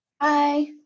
Hi